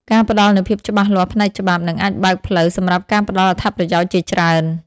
ការផ្តល់នូវភាពច្បាស់លាស់ផ្នែកច្បាប់ និងអាចបើកផ្លូវសម្រាប់ការផ្តល់អត្ថប្រយោជន៍ជាច្រើន ។